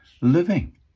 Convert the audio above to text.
living